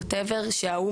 שההוא,